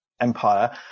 empire